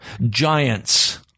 giants